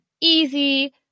easy